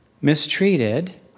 mistreated